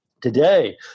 today